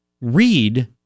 read